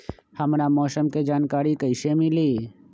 हमरा मौसम के जानकारी कैसी मिली?